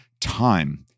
time